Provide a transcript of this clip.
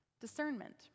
discernment